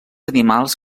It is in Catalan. animals